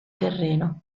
terreno